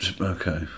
Okay